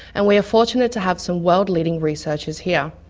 and we are fortunate to have some world leading researchers here.